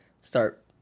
start